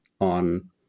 on